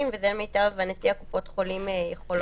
וזה למיטב הבנתי קופות החולים יכולות להנפיק.